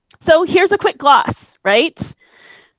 so here is a quick gloss right?